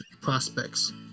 prospects